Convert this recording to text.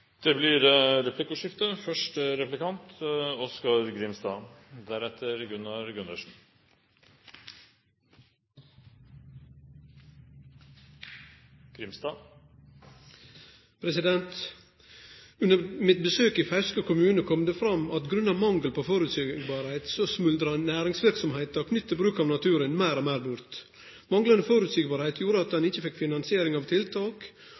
Det blir replikkordskifte. Under mitt besøk i Fauske kommune kom det fram at på grunn av mangel på føreseielegheit smuldrar næringsverksemda knytt til naturen meir og meir bort. Manglande føreseielegheit gjorde at ein ikkje fekk finansiering av tiltak,